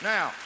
Now